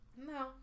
no